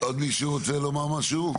אוקי טוב, עוד מישהו רוצה לומר משהו?